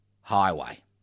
highway